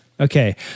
Okay